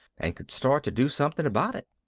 and could start to do something about it.